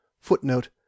footnote